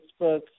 Facebook